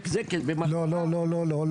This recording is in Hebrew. לא, לא, לא.